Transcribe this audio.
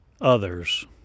Others